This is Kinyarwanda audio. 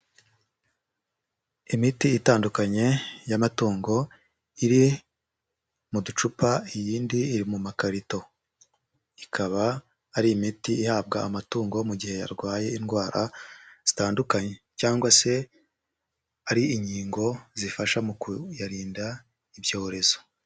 Imiti itandukanye y'amatungo iri mu ducupa iyindi iri mu makarito, ikaba ari imiti ihabwa amatungo mu gihe arwaye indwara zitandukanye cyangwa se ari inkingo zifasha mu kuyarinda ibyorezo.